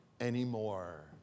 anymore